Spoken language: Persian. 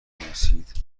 نویسید